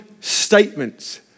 statements